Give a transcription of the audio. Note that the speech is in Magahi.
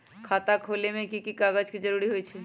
खाता खोले में कि की कागज के जरूरी होई छइ?